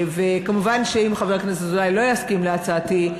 ומובן שאם חבר הכנסת אזולאי לא יסכים להצעתי,